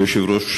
אדוני היושב-ראש,